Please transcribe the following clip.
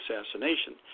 assassination